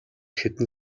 хэдэн